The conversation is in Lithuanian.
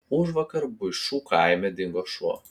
užvakar buišų kaime dingo šuo